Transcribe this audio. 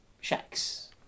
shacks